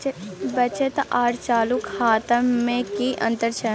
बचत आर चालू खाता में कि अतंर छै?